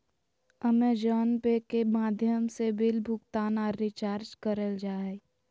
अमेज़ोने Pay के माध्यम से बिल भुगतान आर रिचार्ज करल जा हय